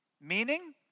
meaning